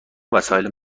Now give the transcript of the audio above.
وسایل